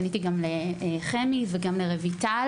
פניתי גם לחמי וגם לרויטל